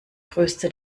größte